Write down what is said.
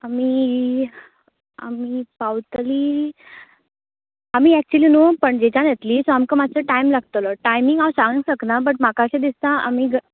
आमी आमी पावतली आमी ऍक्चुली न्हू पणजेच्यान येतली सो आमकां मात्यो टायम लागतलो टायमिंग हांव सांगूंक शकना म्हाका अशे दिसता ह